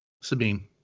Sabine